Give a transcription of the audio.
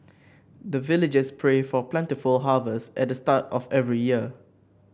the villagers pray for plentiful harvest at the start of every year